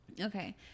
Okay